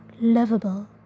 lovable